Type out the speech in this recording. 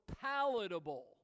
palatable